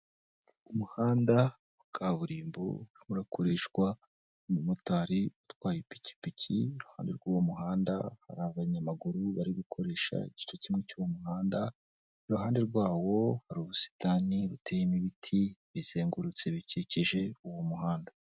Umuhanda wa kaburimbo urakoreshwa nk'umumotari, utwaye ipikipiki iruhande rw'uwo muhanda hari abanyamaguru bari gukoresha igice kimwe cy'uwo muhanda, iruhande rwawo hari ubusitani buteyemo ibiti bizengurutse bikikije uwo muhanda.